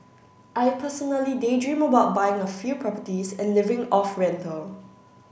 I personally daydream about buying a few properties and living off rental